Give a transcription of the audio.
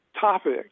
topic